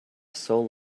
sol